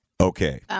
Okay